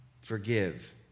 Forgive